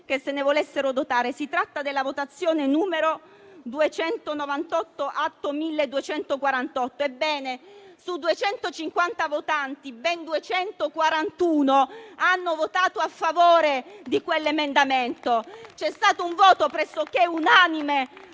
che se ne volessero dotare. Si tratta della votazione n. 298, Atto 1248; ebbene, su 250 votanti, ben 241 hanno votato a favore di quell'emendamento. C'è stato un voto pressoché unanime